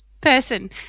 Person